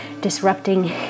Disrupting